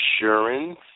insurance